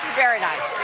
very nice.